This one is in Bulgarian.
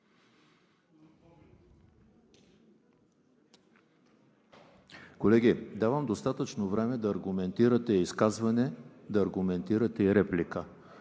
Колеги, давам достатъчно време да аргументирате изказване, да аргументирате и реплика.